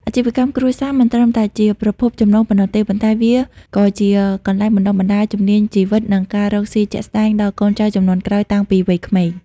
អាជីវកម្មគ្រួសារមិនត្រឹមតែជាប្រភពចំណូលប៉ុណ្ណោះទេ ប៉ុន្តែវាក៏ជាកន្លែងបណ្ដុះបណ្ដាលជំនាញជីវិត និងការរកស៊ីជាក់ស្ដែងដល់កូនចៅជំនាន់ក្រោយតាំងពីវ័យក្មេង។